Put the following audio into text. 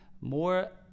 more